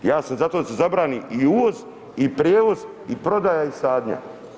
Ja sam zato da se zabrani i uvoz i prijevoz i prodaja i sadnja.